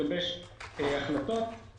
החלטות.